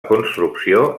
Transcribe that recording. construcció